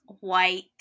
white